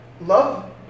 love